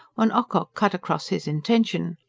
when ocock cut across his intention.